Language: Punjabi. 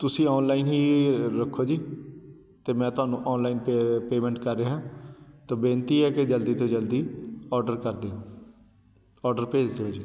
ਤੁਸੀਂ ਔਨਲਾਈਨ ਹੀ ਰੱਖੋ ਜੀ ਅਤੇ ਮੈਂ ਤੁਹਾਨੂੰ ਔਨਲਾਈਨ ਪ ਪੇਮੈਂਟ ਕਰ ਰਿਹਾਂ ਤੋਂ ਬੇਨਤੀ ਹੈ ਕਿ ਜਲਦੀ ਤੋਂ ਜਲਦੀ ਔਡਰ ਕਰ ਦਿਓ ਔਡਰ ਭੇਜ ਦਿਓ ਜੀ